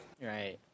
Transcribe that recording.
Right